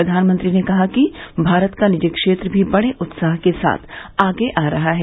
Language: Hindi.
प्रधानमंत्री ने कहा कि भारत का निजी क्षेत्र भी बड़े उत्साह के साथ आगे आ रहा है